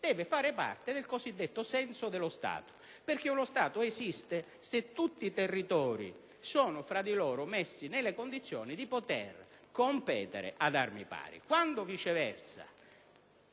devono far parte del cosiddetto senso dello Stato. Infatti, uno Stato esiste se tutti i territori sono tra di loro messi nelle condizioni di poter competere ad armi pari. Quando, viceversa